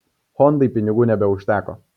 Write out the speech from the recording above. hondai pinigų nebeužteko